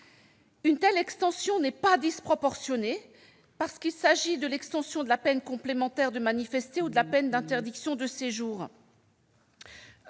Une telle extension n'est pas disproportionnée, parce qu'il s'agit de l'extension de la peine complémentaire de manifester ou de la peine d'interdiction de séjour.